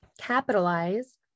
capitalize